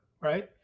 right